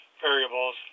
variables